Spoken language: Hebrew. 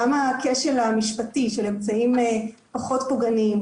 גם הכשל המשפטי של אמצעים פחות פוגעניים,